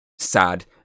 sad